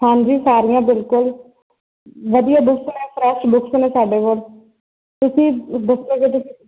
ਹਾਂਜੀ ਸਾਰੀਆਂ ਬਿਲਕੁਲ ਵਧੀਆ ਬੁੱਕਸ ਨੇ ਫਰੈਸ਼ ਬੁਕਸ ਨੇ ਸਾਡੇ ਕੋਲ ਤੁਸੀਂ ਬੁਕ